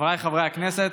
חבריי חברי הכנסת,